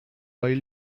while